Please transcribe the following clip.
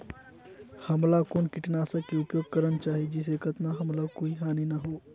हमला कौन किटनाशक के उपयोग करन चाही जिसे कतना हमला कोई हानि न हो?